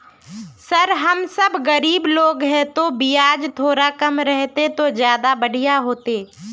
sir हम सब गरीब लोग है तो बियाज थोड़ा कम रहते तो ज्यदा बढ़िया होते